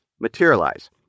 materialize